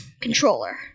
controller